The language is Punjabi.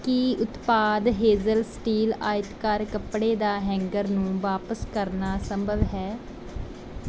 ਕੀ ਉਤਪਾਦ ਹੇਜ਼ਲ ਸਟੀਲ ਆਇਤਕਾਰ ਕੱਪੜੇ ਦਾ ਹੈਂਗਰ ਨੂੰ ਵਾਪਿਸ ਕਰਨਾ ਸੰਭਵ ਹੈ